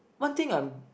one thing I'm